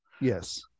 Yes